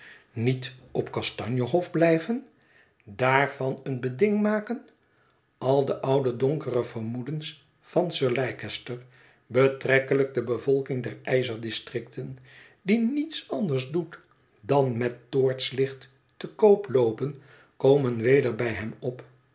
niet op kastanje hof blijven daarvan een beding maken al de oude donkere vermoedens van sir leicester betrekkelijk de bevolking der ijzerdistricten die niets anders doet dan met toortslicht te koop loopen komen weder bij hem op